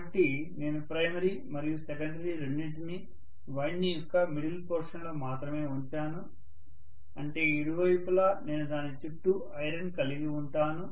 కాబట్టి నేను ప్రైమరీ మరియు సెకండరీ రెండింటినీ వైండింగ్ యొక్క మిడిల్ పోర్షన్ లో మాత్రమే ఉంచాను అంటే ఇరువైపులా నేను దాని చుట్టూ ఐరన్ కలిగి ఉంటాను